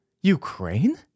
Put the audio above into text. Ukraine